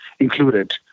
Included